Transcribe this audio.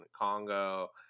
Congo